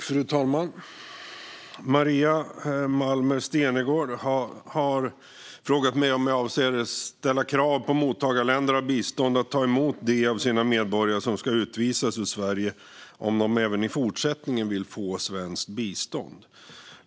Fru talman! Maria Malmer Stenergard har frågat mig om jag avser att ställa krav på mottagarländer av bistånd att ta emot dem av sina medborgare som ska utvisas ur Sverige om de även i fortsättningen vill få svenskt bistånd.